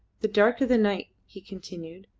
the darker the night, he continued,